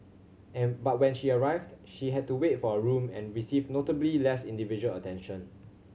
and but when she arrived she had to wait for a room and received notably less individual attention